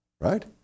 right